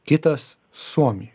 kitas suomijoj